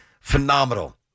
phenomenal